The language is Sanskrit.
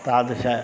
तादृशम्